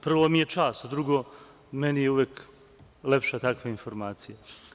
Prvo mi je čast, a drugo, meni je uvek lepša takva informacija.